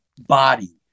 body